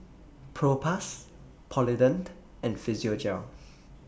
Propass Polident and Physiogel